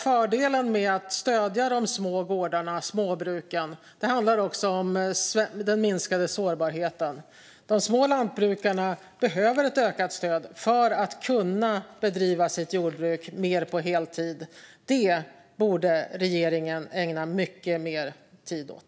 Fördelen med att stödja de små gårdarna, de små bruken, handlar också om den minskade sårbarheten. De små lantbrukarna behöver ett ökat stöd för att de ska kunna bedriva sitt jordbruk mer på heltid. Det borde regeringen ägna mycket mer tid åt.